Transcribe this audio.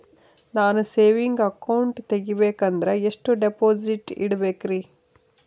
ನಾನು saving account ತೆಗಿಬೇಕಂದರ ಎಷ್ಟು ಡಿಪಾಸಿಟ್ ಇಡಬೇಕ್ರಿ?